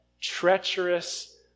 treacherous